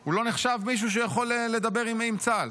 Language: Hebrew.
הוא לא נחשב מישהו שיכול לדבר עם צה"ל.